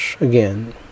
again